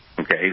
Okay